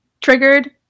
triggered